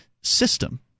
system